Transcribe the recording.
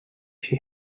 she